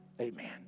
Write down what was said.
amen